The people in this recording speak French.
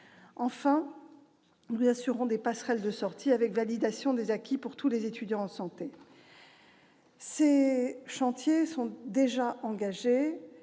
Enfin, nous assurerons des passerelles de sortie avec validation des acquis pour tous les étudiants en santé. Ces chantiers, déjà engagés,